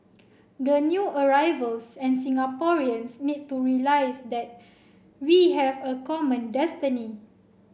the new arrivals and Singaporeans need to realise that we have a common destiny